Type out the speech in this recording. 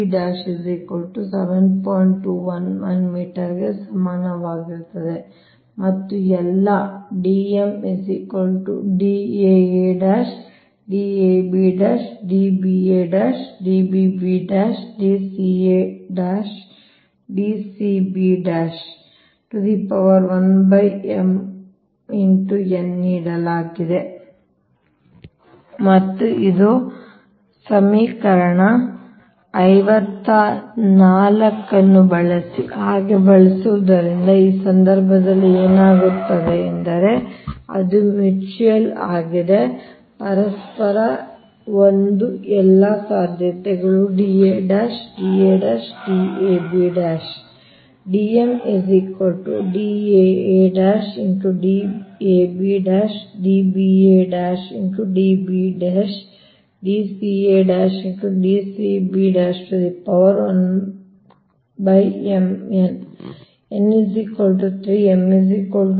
21 ಮೀಟರ್ಗೆ ಸಮಾನವಾಗಿರುತ್ತದೆ ಮತ್ತು ಎಲ್ಲಾ ನೀಡಲಾಗಿದೆ ಮತ್ತು ಇದು ಈಗ ಸಮೀಕರಣ 54 ಅನ್ನು ಬಳಸಿ ಹಾಗೆ ಬಳಸುವುದರಿಂದ ಆ ಸಂದರ್ಭದಲ್ಲಿ ಏನಾಗುತ್ತದೆ ಎಂದರೆ ಅದು ಮ್ಯೂಚುಯಲ್ ಆಗಿದೆ ಪರಸ್ಪರ ಒಂದು ಎಲ್ಲಾ ಸಾಧ್ಯತೆಗಳು Da Da Dab